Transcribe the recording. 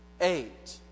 eight